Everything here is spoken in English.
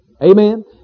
Amen